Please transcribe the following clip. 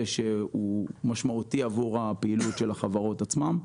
שהוא משמעותי עבור הפעילות של החברות עצמן,